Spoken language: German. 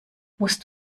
musst